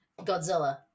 Godzilla